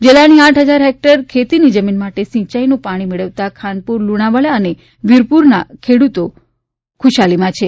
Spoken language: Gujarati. જિલ્લાની આઠ હજાર હેક્ટર ખેતીની જમીન માટે સિંયાઈનું પાણી મેળવતા ખાનપુર લુણાવાડા અને વીરપુરના ખેડૂતો ખુશાલીમાં છે